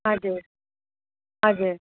हजुर हजुर